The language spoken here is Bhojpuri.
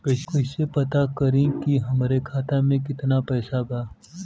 कइसे पता करि कि हमरे खाता मे कितना पैसा बा?